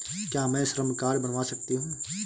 क्या मैं श्रम कार्ड बनवा सकती हूँ?